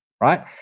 right